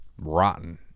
rotten